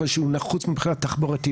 אבל שהוא נחוץ מבחינה תחבורתית.